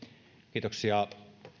kiitoksia